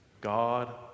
God